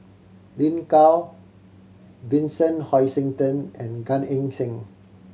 Lin Gao Vincent Hoisington and Gan Eng Seng